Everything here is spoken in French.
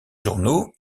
journaux